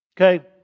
Okay